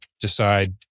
decide